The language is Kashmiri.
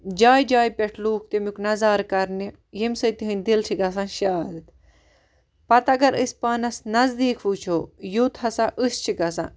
جایہِ جایہِ پٮ۪ٹھ لُکھ تمیُک نَظارٕ کَرنہٕ یمہِ سۭتۍ تِہٕنٛد دِل چھِ گَژھان شاد پَتہٕ اگر أسۍ پانَس نَزدیک وٕچھو یوٚت ہَسا أسۍ چھِ گَژھان